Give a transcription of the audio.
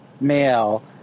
male